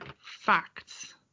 facts